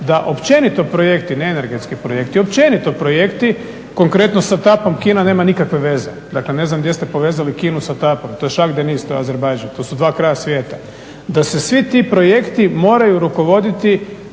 da općenito projekti, ne energetski projekt, općenito projekti konkretno sa Etapom Kina nema nikakve veze. Dakle, ne znam gdje ste povezali Kinu sa Etapom, to je …/Govornik se ne razumije./… to su dva kraja svijeta da se svi ti projekti moraju rukovoditi